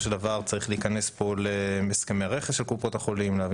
כי צריך להיכנס פה להסכמי רכש של קופות החולים ולהבין